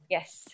Yes